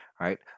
right